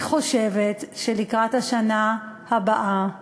אני חושבת שלקראת השנה הבאה,